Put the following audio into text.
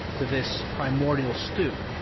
to this primordial stew,